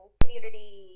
Community